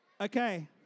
Okay